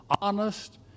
honest